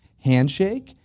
handshake,